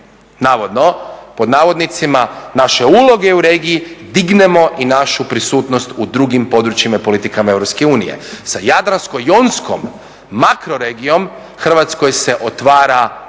navodno, pod navodnicima naše uloge u regiji dignemo i našu prisutnost u drugim područjima i politikama EU. Sa Jadransko Ionskom makroregijom Hrvatskoj se otvara